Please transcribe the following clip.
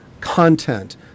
content